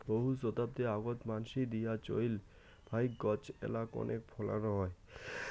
বহু শতাব্দী আগোত মানসি দিয়া চইল ফাইক গছ এ্যালা কণেক ফলানো হয়